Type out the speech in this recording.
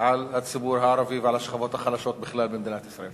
על הציבור הערבי ועל השכבות החלשות בכלל במדינת ישראל.